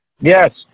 Yes